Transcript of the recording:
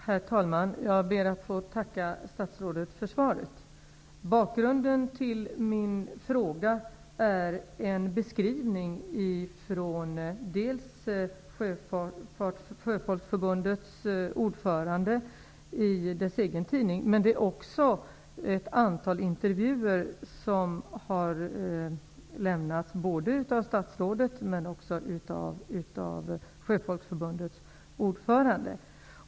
Herr talman! Jag ber att få tacka statsrådet för svaret. Bakgrunden till min fråga är dels en beskrivning gjord av Sjöfolksförbundets ordförande i förbundets egen tidning, dels ett antal intervjuer som har lämnats både av statsrådet och av Sjöfolksförbundets ordförande.